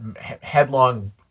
headlong